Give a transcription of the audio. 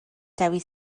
dewi